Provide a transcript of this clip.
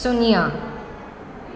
શૂન્ય